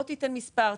לא תיתן מספר,